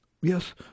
Yes